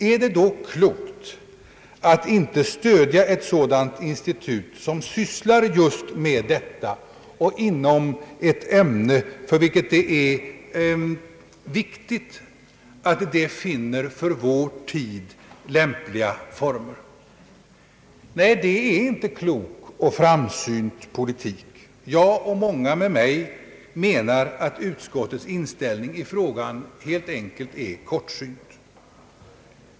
är det då klokt att inte stödja ett institut som sysslar just med ett ämne för vilket det är viktigt att finna för vår tid lämpliga former? Nej, det är inte en klok och framsynt politik. Jag och många med mig menar att utskottets inställning i frågan helt enkelt är kortsynt.